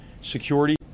security